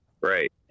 Right